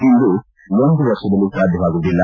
ಇಂದು ಒಂದು ವರ್ಷದಲ್ಲಿ ಸಾಧ್ಯವಾಗುವುದಿಲ್ಲ